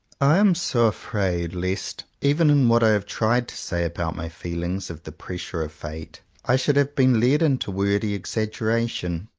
i am so afraid lest, even in what i have tried to say about my feeling of the pressure of fate, i should have been led into wordy exaggeration.